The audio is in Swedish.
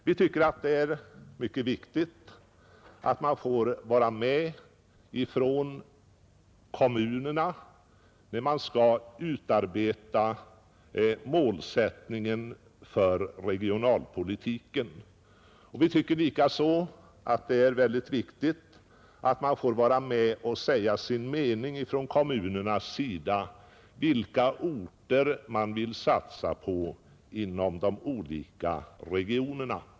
Vi tycker att det är mycket viktigt att man får vara med från kommunernas sida, när målsättningen för regionalpolitiken skall utarbetas, och vi tycker likaså att det är mycket viktigt att kommunerna får vara med och säga sin mening om vilka orter man vill satsa på inom de olika regionerna.